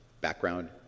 Background